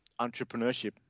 entrepreneurship